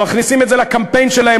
מכניסים את זה לקמפיין שלהם,